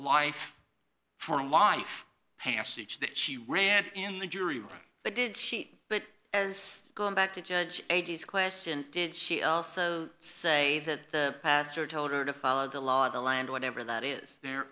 a life passage that she ran in the jury room but did she but as going back to judge a days question did she also say that the pastor told her to follow the law of the land whatever that is there